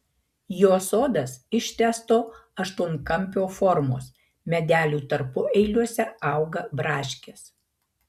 jo sodas ištęsto aštuonkampio formos medelių tarpueiliuose auga braškės